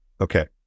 Okay